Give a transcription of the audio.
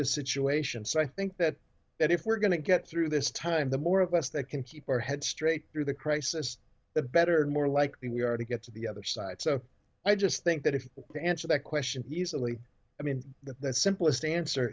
the situation so i think that that if we're going to get through this time the more of us that can keep our head straight through the crisis the better more likely we are to get to the other side so i just think that if you answer that question easily i mean the simplest answer